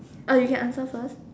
uh you can answer first